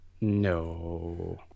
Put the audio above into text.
No